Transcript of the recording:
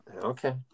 Okay